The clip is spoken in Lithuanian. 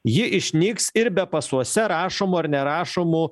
ji išnyks ir be pasuose rašomų ar nerašomų